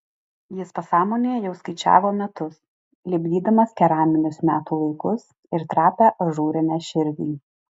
jis pasąmonėje jau skaičiavo metus lipdydamas keraminius metų laikus ir trapią ažūrinę širdį